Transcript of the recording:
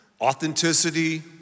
authenticity